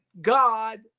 God